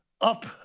up